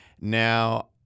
Now